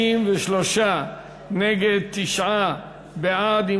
53 נגד, תשעה בעדה.